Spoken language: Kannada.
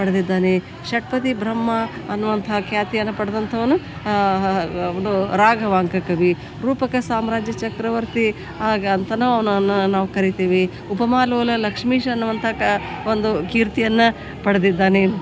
ಪಡೆದಿದ್ದಾನೆ ಷಟ್ಪದಿ ಬ್ರಹ್ಮ ಅನ್ನುವಂಥ ಖ್ಯಾತಿಯನ್ನು ಪಡೆದಂಥವನು ಅವನು ರಾಘವಾಂಕ ಕವಿ ರೂಪಕ ಸಾಮ್ರಾಜ್ಯ ಚಕ್ರವರ್ತಿ ಆಗ ಅಂತಲೂ ಅವನನ್ನ ನಾವು ಕರಿತೀವಿ ಉಪಮಾಲೋಲ ಲಕ್ಷ್ಮೀಶ ಅನ್ನುವಂಥ ಕ ಒಂದು ಕೀರ್ತಿಯನ್ನು ಪಡೆದಿದ್ದಾನೆ